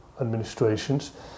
administrations